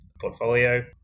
portfolio